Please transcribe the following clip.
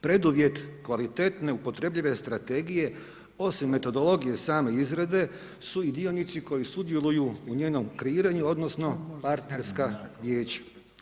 Preduvjet kvalitetne upotrebljive strategije osim metodologije same izrade su i dionici koji sudjeluju u njenom kreiranju odnosno partnerska vijeća.